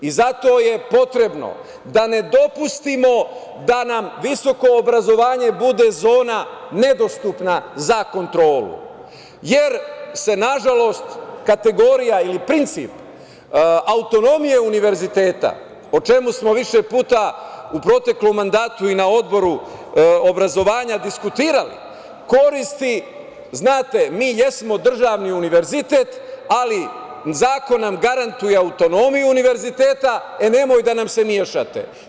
Zato je potrebno da ne dopustimo da nam visoko obrazovanje bude zona nedostupna za kontrolu, jer se nažalost kategorija ili princip autonomije univerziteta, o čemu smo više puta u proteklom mandatu i na Odboru obrazovanja diskutovali, koristi, znate, mi jesmo državni univerzitet, ali zakon nam garantuje autonomiju univerziteta, e nemojte da nam se mešate.